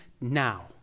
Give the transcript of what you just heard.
now